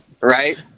Right